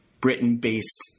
Britain-based